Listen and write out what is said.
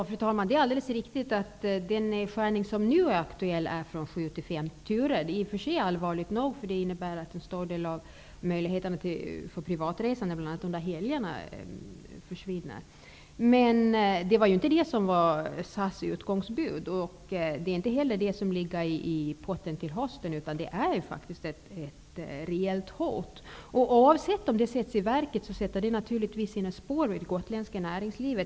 Fru talman! Det är alldeles riktigt att det är en nedskärning från sju till fem turer som nu är aktuell. Det är i och för sig allvarligt nog, eftersom det innebär att en stor del av möjligheterna till privatresande försvinner, bl.a. under helgerna. Men det var inte det som var SAS utgångsbud. Det är inte heller det som ligger i potten till hösten. Det finns ett reellt hot. Om denna nedskärning sätts i verket sätter det naturligtvis sina spår i det gotländska näringslivet.